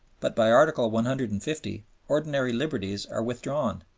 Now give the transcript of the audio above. but by article one hundred and fifty ordinary liberties are withdrawn,